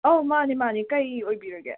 ꯑꯧ ꯃꯥꯅꯦ ꯃꯥꯅꯦ ꯀꯩ ꯑꯣꯏꯕꯤꯔꯒꯦ